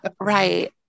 Right